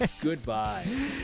goodbye